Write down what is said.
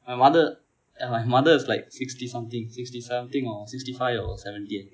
my mother and my mother is like sixty something sixty something or sixty five or seventy I think